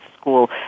school